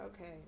okay